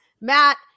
Matt